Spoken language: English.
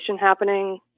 happening